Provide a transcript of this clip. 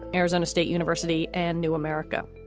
arizona state university and new america.